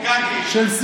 יש לכם כאן,